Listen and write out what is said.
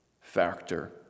factor